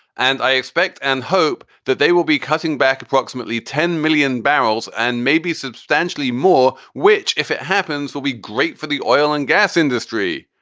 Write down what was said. and i expect and hope that they will be cutting back approximately ten million barrels and maybe substantially more, which, if it happens, will be great for the oil and gas industry.